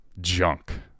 junk